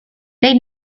they